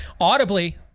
audibly